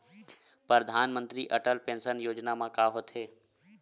परधानमंतरी अटल पेंशन योजना मा का होथे?